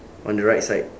on the right side